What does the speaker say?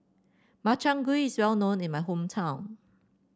Makchang Gui is well known in my hometown